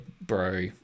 bro